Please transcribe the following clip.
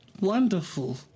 wonderful